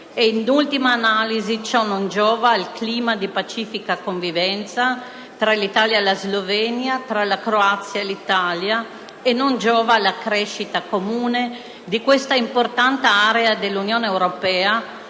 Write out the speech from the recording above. in ultima analisi, ciò non giova al clima di pacifica convivenza tra l'Italia e la Slovenia e tra l'Italia e la Croazia e non giova alla crescita comune di questa importante area dell'Unione europea,